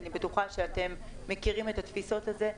אני בטוחה שאתם מכירים את התפיסות על זה.